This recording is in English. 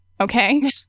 Okay